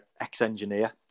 ex-engineer